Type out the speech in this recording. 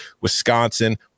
wisconsin